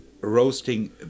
roasting